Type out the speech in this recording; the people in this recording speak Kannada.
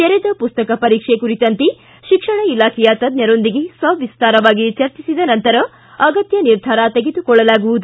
ತೆರೆದ ಪುಸ್ತಕ ಪರೀಕ್ಷೆ ಕುರಿತಂತೆ ಶಿಕ್ಷಣ ಇಲಾಖೆಯ ತಜ್ಜರೊಂದಿಗೆ ಸವಿಸ್ತಾರವಾಗಿ ಚರ್ಚಿಸಿದ ನಂತರ ಅಗತ್ತ ನಿರ್ಧಾರ ತೆಗೆದುಕೊಳ್ಳಲಾಗುವುದು